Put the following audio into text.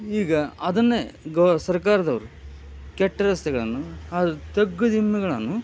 ಈಗ ಅದನ್ನೇ ಗ ಸರ್ಕಾರ್ದವರು ಕೆಟ್ಟ ರಸ್ತೆಗಳನ್ನು ತಗ್ಗು ದಿಮ್ಮಿಗಳನ್ನು